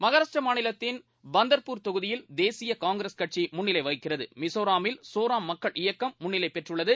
மகாராஷ்ட்ர மாநிலத்தின் பந்தர்பூர் தொகுதியில் தேசிய காங்கிரஸ் கட்சி முன்னிலை வகிக்கிறது மிசோராமில் சோராம் மக்கள் இயக்கம் முன்னிலை பெற்றுள்ளது